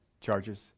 charges